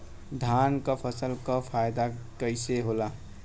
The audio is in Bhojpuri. धान क फसल क फायदा कईसे होला?